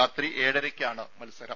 രാത്രി ഏഴരയ്ക്കാണ് മത്സരം